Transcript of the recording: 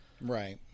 right